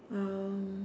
um